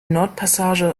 nordpassage